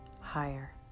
higher